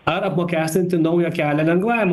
ar apmokestinti naują kelią lengvajam